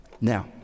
Now